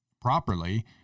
properly